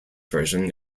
version